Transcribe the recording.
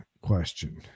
question